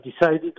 decided